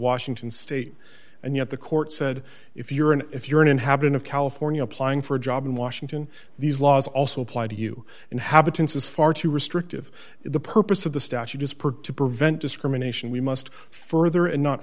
washington state and yet the court said if you're an if you're an inhabitant of california applying for a job in washington these laws also apply to you inhabitants is far too restrictive the purpose of the statute is per to prevent discrimination we must further and not